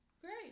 great